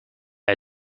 are